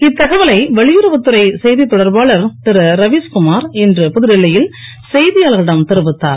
இத்தகவலை வெளியுறவுத் துறை செய்தி தொடர்பாளர் திரு ரவீஸ்குமார் இன்று புதுடெல்லியில் செய்தியாளர்களிடம் தெரிவித்தார்